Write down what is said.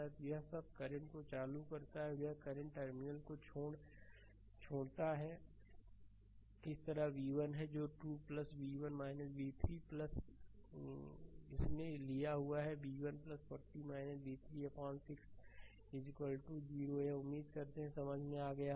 तो यह सब इस करंट को चालू करता है और यह करंट टर्मिनल को छोड़ता है इस तरह v1 है जो 2 v1 v3 द्वारा 1 इसने लिया है v1 40 v3 अपान 6 कि यह 0 उम्मीद करते हैं समझ में आ गया है